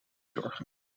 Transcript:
zorgen